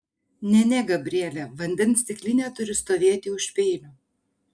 ne ne gabriele vandens stiklinė turi stovėti už peilio